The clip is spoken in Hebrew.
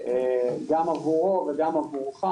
גם עבורו וגם עבורך